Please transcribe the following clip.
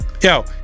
yo